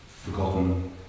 forgotten